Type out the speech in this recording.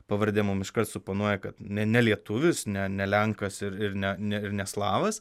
pavardė mum iš karo suponuoja kad ne nelietuvis ne ne lenkas ir ne ne ir ne slavas